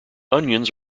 onions